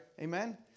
Amen